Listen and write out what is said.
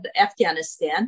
Afghanistan